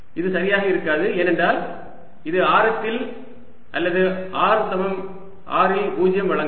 இது சரியாக இருக்காது ஏனென்றால் இது ஆரத்தில் அல்லது r சமம் R இல் 0 வழங்காது